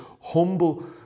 humble